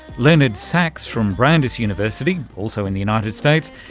leonard saxe from brandeis university, also in the united states,